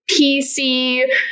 PC